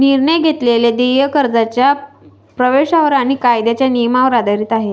निर्णय घेतलेले देय कर्जाच्या प्रवेशावर आणि कायद्याच्या नियमांवर आधारित आहे